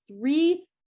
three